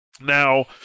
Now